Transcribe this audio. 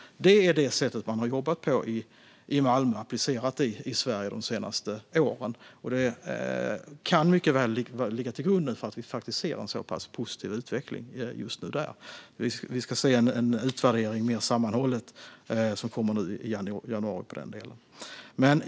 Det är det sättet man har jobbat på i Malmö. Det har applicerats i Sverige de senaste åren och kan mycket väl ligga till grund för att vi faktiskt ser en så pass positiv utveckling där just nu. I januari ska vi få en mer sammanhållen utvärdering i den delen.